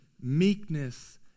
meekness